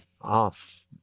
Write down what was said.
off